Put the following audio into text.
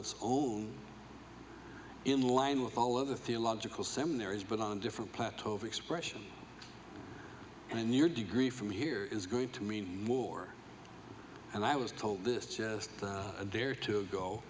its own in line with all of the theological seminaries but on different plateau of expression i mean your degree from here is going to mean more and i was told this just a day or two ago